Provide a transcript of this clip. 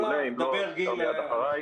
מעולה, אם לא, אז אפשר מיד אחריי.